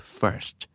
first